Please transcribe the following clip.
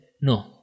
no